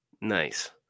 nice